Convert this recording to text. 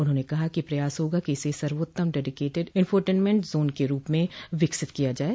उन्होंने कहा कि प्रयास होगा कि इसे सर्वोत्तम डेडीकेटेड इंफोटेनमेंट जोन के रूप में विकसित किया जाये